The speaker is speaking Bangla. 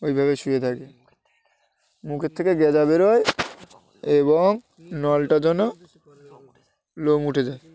ওইভাবে শুয়ে থাকে মুখের থেকে গেঁজা বেরোয় এবং নলটা যেন লোম উঠে যায়